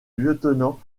lieutenant